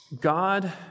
God